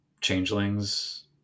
Changelings